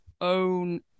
own